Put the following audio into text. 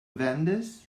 vendors